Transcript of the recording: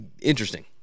Interesting